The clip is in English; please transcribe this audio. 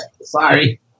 Sorry